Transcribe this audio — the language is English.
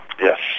Yes